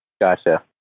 Gotcha